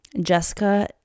Jessica